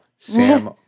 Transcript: sam